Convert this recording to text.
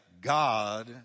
God